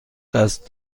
قصد